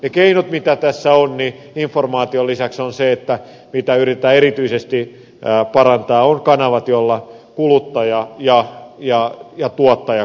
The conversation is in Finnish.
ne keinot joita tässä on informaation lisäksi ja joita yritetään erityisesti parantaa ovat kanavat joilla kuluttaja ja tuottaja kohtaavat